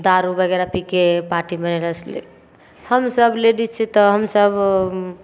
दारू वगैरह पीके मनेलक हमसभ लेडीज छी तऽ हमसभ